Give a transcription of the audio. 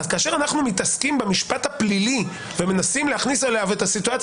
כאשר אנחנו מתעסקים עם במשפט הפלילי ומנסים להכניס אליו את הסיטואציה